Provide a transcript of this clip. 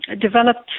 developed